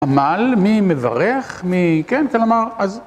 עמל, מי מברך, מי... כן, כלומר, אז...